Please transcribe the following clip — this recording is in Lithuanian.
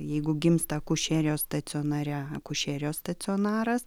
jeigu gimsta akušerijos stacionare akušerijos stacionaras